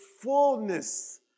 fullness